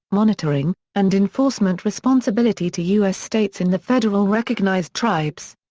monitoring, and enforcement responsibility to u s. states and the federal recognized tribes.